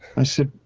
i said,